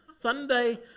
Sunday